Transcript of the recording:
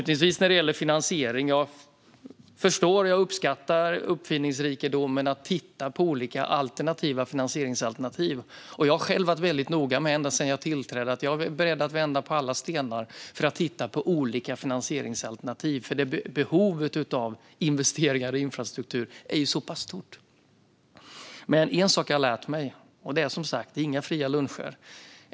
När det gäller finansiering uppskattar jag uppfinningsrikedomen när det gäller att titta på olika möjliga finansieringsalternativ. Ända sedan jag tillträdde har jag själv varit väldigt noga med att säga att jag är beredd att vända på alla stenar för att titta på olika finansieringsalternativ, för behovet av investeringar i infrastruktur är ju så pass stort. En sak har jag dock lärt mig, och det är att det inte finns några fria luncher.